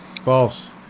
False